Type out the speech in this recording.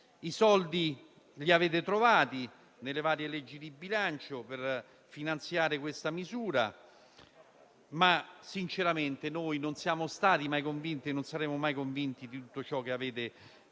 I soldi li avete trovati nelle varie leggi di bilancio per finanziare questa misura, ma sinceramente non siamo mai stati e non saremo mai convinti di tutto ciò che avete portato